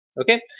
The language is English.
Okay